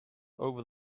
over